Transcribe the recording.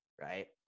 right